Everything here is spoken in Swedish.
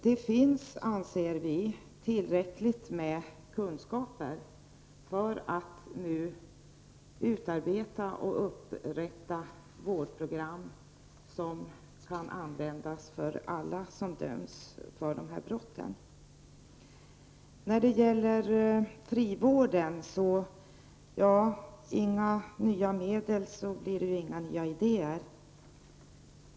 Vi anser att det finns tillräckligt med kunskaper för att nu utarbeta och upprätta vårdprogram som kan användas för alla som döms för dessa brott. När det gäller frivården, blir det inga nya idéer utan nya medel.